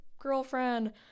girlfriend